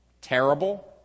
Terrible